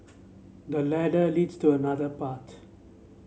the ladder leads to another path